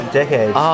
decades